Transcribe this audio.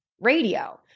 Radio